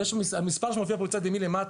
אני מדבר על נתונים שקיבלנו על מרכז השליטה ב-2018,